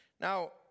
Now